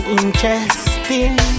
interesting